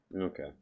okay